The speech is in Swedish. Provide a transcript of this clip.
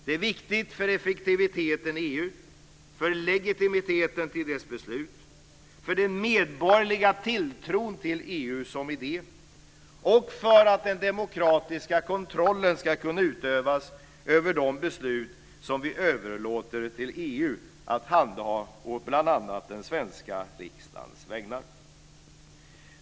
Det är viktigt för effektiviteten i EU, för legitimiteten i dess beslut, för den medborgerliga tilltron till EU som idé och för att den demokratiska kontrollen ska kunna utövas över de beslut som vi överlåter till EU att handha på bl.a. den svenska riksdagens vägnar.